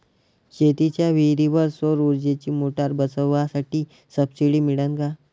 शेतीच्या विहीरीवर सौर ऊर्जेची मोटार बसवासाठी सबसीडी मिळन का?